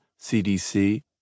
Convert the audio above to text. CDC